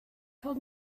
told